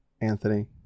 Anthony